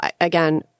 Again